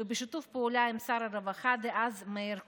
ובשיתוף פעולה עם שר הרווחה דאז מאיר כהן.